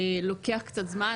לוקח קצת זמן,